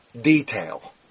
detail